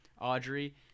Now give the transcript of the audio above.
audrey